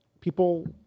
People